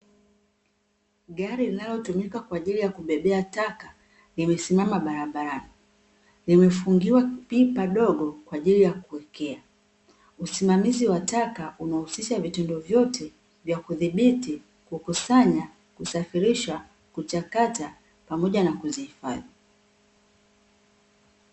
Gari linalotumika kwa ajili ya kubebea taka limesimama barabarani, limefungiwa pipa dogo kwa ajili ya kuwekea. Usimamizi wa taka unahusisha vitendo vyote vya kukusanya, kusafirisha, kuchakata pamoja na kuzihifadhi.